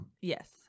Yes